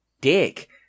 dick